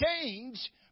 change